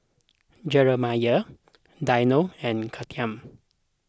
Jeremiah Dino and Kathyrn